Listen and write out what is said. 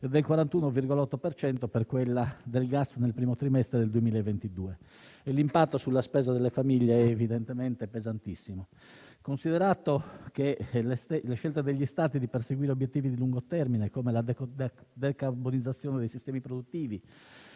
41,8 per cento per quella del gas nel primo trimestre del 2022. L'impatto sulla spesa delle famiglie è evidentemente pesantissimo. La scelta degli Stati di perseguire obiettivi di lungo termine, come la decarbonizzazione dei sistemi produttivi